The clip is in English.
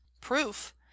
proof